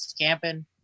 camping